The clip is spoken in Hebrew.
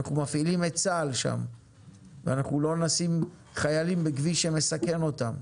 אנחנו מפעילים את צה"ל שם ואנחנו לא נשים חיילים בכביש שמסכן אותם.